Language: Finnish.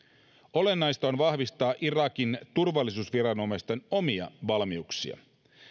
olennaista on vahvistaa irakin turvallisuusviranomaisten omia valmiuksia